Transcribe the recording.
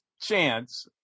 chance